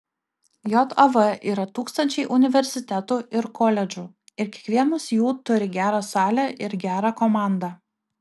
jav yra tūkstančiai universitetų ir koledžų ir kiekvienas jų turi gerą salę ir gerą komandą